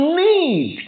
need